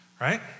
right